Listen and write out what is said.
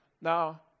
now